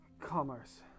Commerce